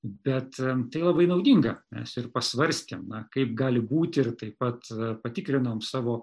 bet tai labai naudinga mes ir pasvarstėm na kaip gali būt ir taip pat patikrinom savo